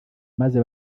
maze